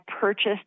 purchased